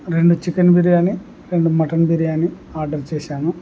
రెండు చికెన్ బిర్యానీ రెండు mutton biryani order చేశాను